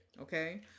Okay